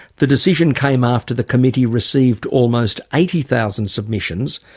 the decision came after the committee received almost eighty thousand submissions,